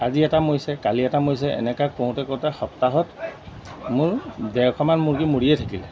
আজি এটা মৰিছে কালি এটা মৰিছে এনেকুৱা কওঁতে কওঁতে সপ্তাহত মোৰ ডেৰশমান মুৰ্গী মৰিয়েই থাকিলে